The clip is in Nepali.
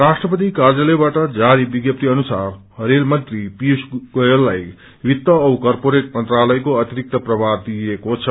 राष्ट्रपति कार्यालयबाट जारी विज्ञप्ति अनुसार रेल मंत्री पियूष गोयललाई वित्त औ कर्पेरेट मंत्रालयको अतिरिक्त प्रभार दिइएको छ